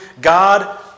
God